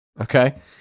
Okay